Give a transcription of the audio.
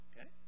Okay